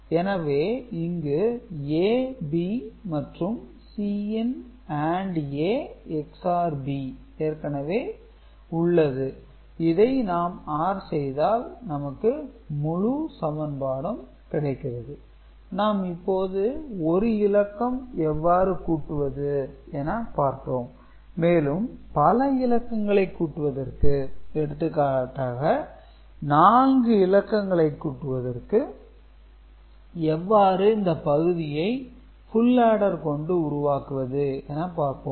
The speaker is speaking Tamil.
எனவே இங்கு A B மற்றும் Cin AND A XOR B ஏற்கனவே உள்ளது இதை நாம் OR செய்தால் நமக்கு முழு சமன்பாடு கிடைக்கிறது நாம் இப்போது ஒரு இலக்கம் எவ்வாறு கூட்டுவது என பார்த்தோம் மேலும் பல இலக்கங்களை கூட்டுவதற்கு எடுத்துக்காட்டாக 4 இலக்கங்களை கூட்டுவதற்கு எவ்வாறு இந்த பகுதியை புல் ஆடர் கொண்டு உருவாக்குவது என பார்ப்போம்